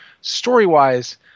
story-wise